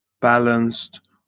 balanced